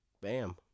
Bam